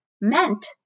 meant